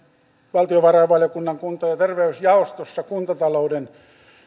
valtiovarainvaliokunnan kunta ja terveysjaostossa kuntatalouden